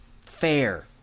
fair